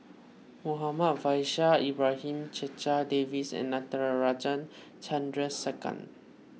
Muhammad Faishal Ibrahim Checha Davies and Natarajan Chandrasekaran